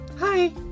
Hi